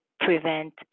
prevent